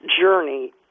journey